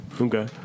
Okay